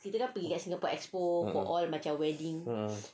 ah ah